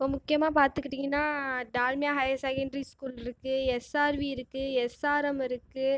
இப்போ முக்கியமாக பார்த்துக்கிட்டீங்கனா டால்மியா ஹையர் செகண்டரி ஸ்கூல்ருக்குது எஸ்ஆர்வி இருக்குது எஸ்ஆர்எம் இருக்குது